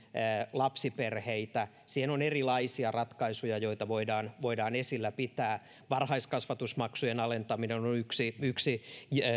lapsiperheitä siihen on erilaisia ratkaisuja joita voidaan voidaan esillä pitää varhaiskasvatusmaksujen alentaminen on on yksi yksi